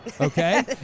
okay